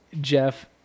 jeff